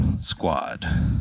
squad